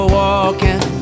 walking